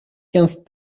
quinze